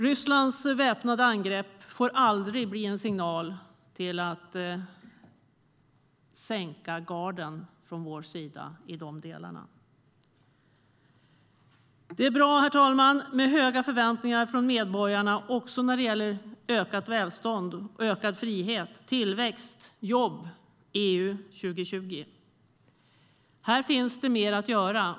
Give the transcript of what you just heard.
Rysslands väpnade angrepp får aldrig bli en signal till att sänka garden från vår sida i de delarna. Herr talman! Det är bra med höga förväntningar från medborgarna också när det gäller ökat välstånd, ökad frihet, tillväxt, jobb och EU 2020. Här finns det mer att göra.